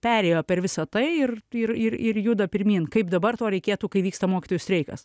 perėjo per visa tai ir ir ir ir juda pirmyn kaip dabar to reikėtų kai vyksta mokytojų streikas